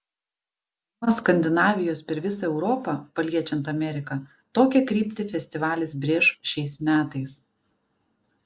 nuo skandinavijos per visą europą paliečiant ameriką tokią kryptį festivalis brėš šiais metais